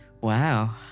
Wow